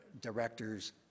directors